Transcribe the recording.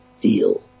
deal